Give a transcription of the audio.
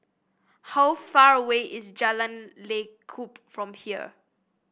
how far away is Jalan Lekub from here